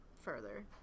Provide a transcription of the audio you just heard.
further